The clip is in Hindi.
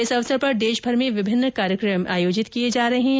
इस अवसर पर देशभर में विभिन्न कार्यक्रम आयोजित किए जा रहे है